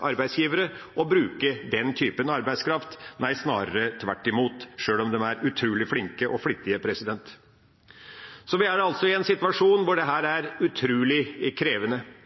arbeidsgivere å bruke den typen arbeidskraft, snarere tvert imot, sjøl om de er utrolig flinke og flittige. Vi er altså i en situasjon hvor dette er utrolig krevende.